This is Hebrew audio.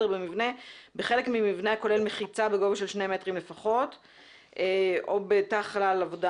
בחלק ממבנה הכולל מחיצה בגובה שני מטרים לפחות או בתא עבודה